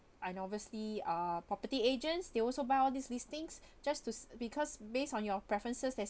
and obviously uh property agents they also buy all these listings just to because based on your preferences they